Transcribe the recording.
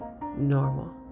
normal